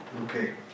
Okay